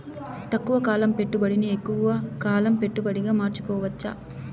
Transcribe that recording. తక్కువ కాలం పెట్టుబడిని ఎక్కువగా కాలం పెట్టుబడిగా మార్చుకోవచ్చా?